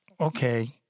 Okay